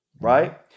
right